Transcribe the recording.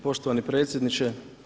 Poštovani predsjedniče.